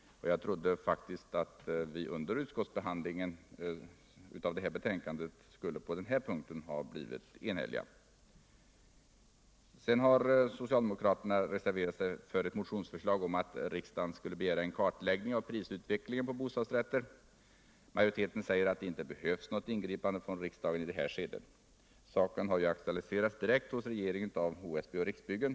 Jag trodde faktiskt under utskottsbehandlingen att betänkandet i den här delen skulle bli enhälligt. Sedan har socialdemokraterna reserverat sig för ett motionsförslag om att riksdagen skulle begära en kartläggning av prisutvecklingen på bostadsrätter. Majoriteten säger att det inte behövs något ingripande från riksdagen i det här skedet. Saken har ju aktualiserats direkt hos regeringen av HSB och Riksbyggen.